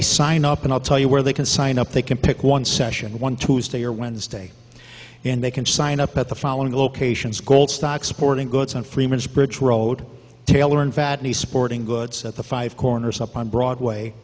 they sign up and i'll tell you where they can sign up they can pick one session one tuesday or wednesday and they can sign up at the following locations gold stocks sporting goods and freeman's bridge road tailor and vatanen sporting goods at the five corners up on broadway